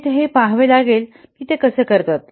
येथे हे पहावे लागेल की ते कसे करतात